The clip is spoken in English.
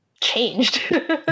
changed